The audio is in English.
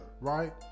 right